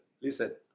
Listen